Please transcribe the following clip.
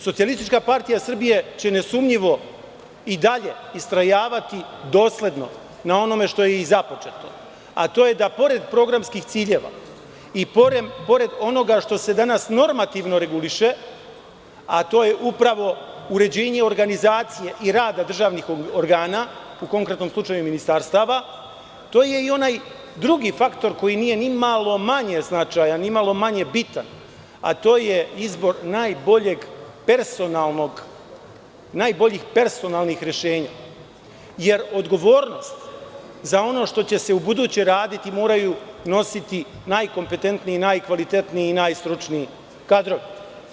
Socijalistička partija Srbije će nesumnjivo i dalje istrajavati dosledno na onome što je započeto, a to je da pored programskih ciljeva i pored onoga što se danas normativno reguliše, a to je upravo uređenje organizacije i rada državnih organa, u konkretnom slučaju ministarstava, to je i onaj drugi faktor koji nije ni malo manje značajan, ni malo manje bitan, a to je izbor najboljih personalnih rešenja, jer odgovornost za ono što će se u buduće raditi moraju nositi najkompetetniji, najkvalitetniji i najstručniji kadrovi.